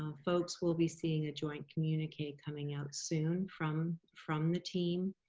um folks will be seeing a joint communique coming out soon from from the team,